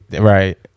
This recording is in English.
Right